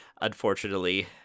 unfortunately